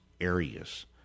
areas